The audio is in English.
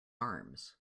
arms